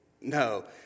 No